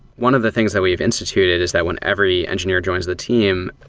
one of the things that we've instituted is that when every engineer joins the team,